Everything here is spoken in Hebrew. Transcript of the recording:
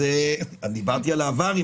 דיברתי על העבר.